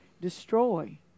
destroy